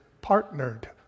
partnered